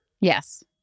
Yes